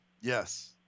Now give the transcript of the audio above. Yes